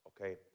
okay